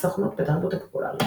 הסוכנות בתרבות הפופולרית